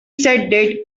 said